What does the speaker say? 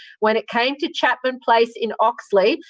when it came to chapman place in oxley,